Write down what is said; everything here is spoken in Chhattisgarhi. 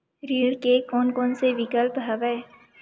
ऋण के कोन कोन से विकल्प हवय?